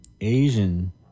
Asian